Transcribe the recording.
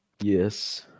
Yes